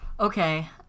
okay